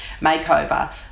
makeover